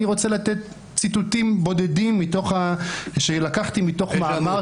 אני רוצה לתת ציטוטים בודדים שלקחתי מתוכו.